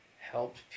helped